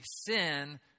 sin